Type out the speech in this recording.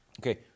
okay